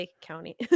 County